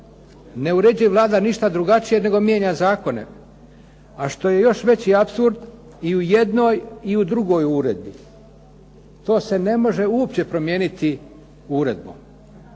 Ne uređuje Vlada ništa drugačije nego mijenja zakone, a što je još veći apsurd i u jednoj i u drugoj uredbi, to se ne može uopće promijeniti uredbom.